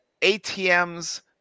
ATMs